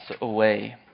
away